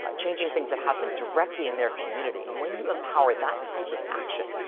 um changing things that happen directly in their community. and when you empower that type of action,